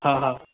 हा हा